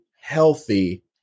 healthy